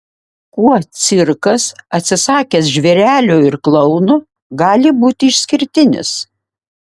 kuo cirkas atsisakęs žvėrelių ir klounų gali būti išskirtinis